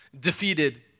defeated